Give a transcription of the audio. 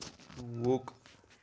وق